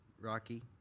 Rocky